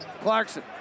Clarkson